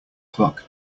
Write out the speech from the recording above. clock